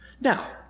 Now